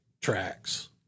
tracks